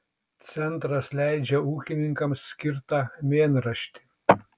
centras leidžia ūkininkams skirtą mėnraštį